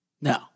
No